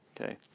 Okay